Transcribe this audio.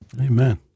Amen